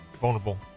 vulnerable